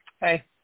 hey